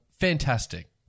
fantastic